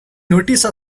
notice